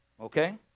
Okay